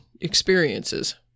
experiences